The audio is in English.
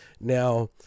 Now